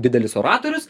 didelis oratorius